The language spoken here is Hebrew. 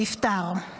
נפטר.